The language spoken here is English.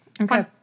Okay